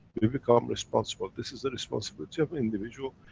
we become responsible, this is the responsibility of individual,